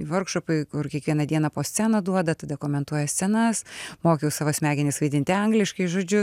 vorkšopai kur kiekvieną dieną po sceną duoda tada komentuoja scenas mokiau savo smegenis vaidinti angliškai žodžiu